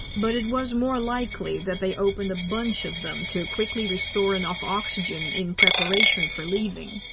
but it was more likely that they opened a bunch of them to quickly restore enough oxygen in preparation for leaving.